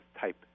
type